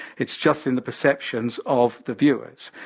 it's just in the perceptions of the viewers.